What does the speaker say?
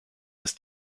ist